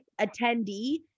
attendee